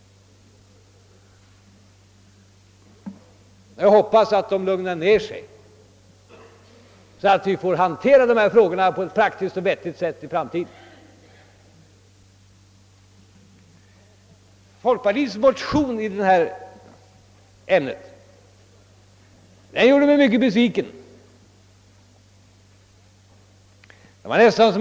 Jag hoppas att man nu lugnar ned sig, så att vi får hantera dessa frågor på ett praktiskt och vettigt sätt i framtiden. Folkpartiets motion i ämnet gjorde mig också synnerligen besviken.